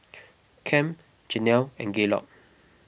Kem Janell and Gaylord